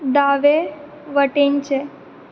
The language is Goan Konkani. दावे वटेनचें